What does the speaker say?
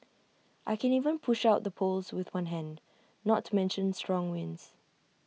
I can even push out the poles with one hand not to mention strong winds